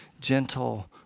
gentle